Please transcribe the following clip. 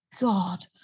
God